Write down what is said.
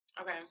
okay